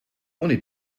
ohne